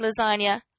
lasagna